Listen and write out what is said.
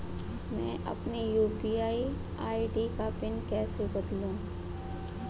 मैं अपनी UPI ID का पिन कैसे बदलूं?